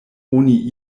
oni